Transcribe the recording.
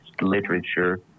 literature